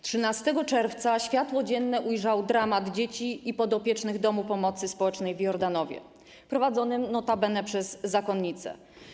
13 czerwca światło dzienne ujrzał dramat dzieci i podopiecznych Domu Pomocy Społecznej w Jordanowie, prowadzonym notabene przez zakonnice.